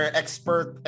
expert